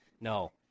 No